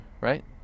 right